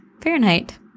Fahrenheit